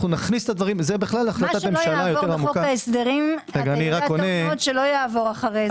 מה שלא יעבור בחוק ההסדרים לא יעבור אחרי זה.